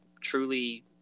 truly